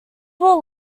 will